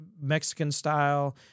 Mexican-style